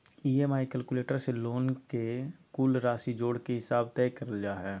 EMI calculator से loan के कुल राशि जोड़ के हिसाब तय करल जा हय